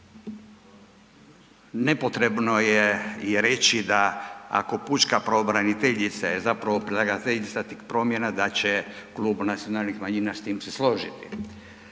nepotrebno je i reći da ako pučka pravobraniteljica je zapravo predlagateljica tih promjena da će Klub nacionalnih manjina s tim se složiti